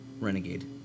renegade